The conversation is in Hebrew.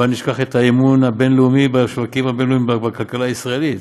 בל נשכח את האמון הבין-לאומי בשווקים הבין-לאומיים בכלכלה הישראלית,